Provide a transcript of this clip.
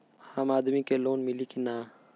आम आदमी के लोन मिली कि ना?